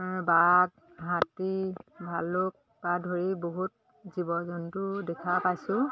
বাঘ হাতী ভালুকৰপৰা ধৰি বহুত জীৱ জন্তুও দেখা পাইছোঁ